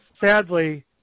sadly